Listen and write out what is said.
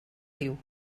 riu